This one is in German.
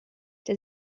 der